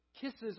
Kisses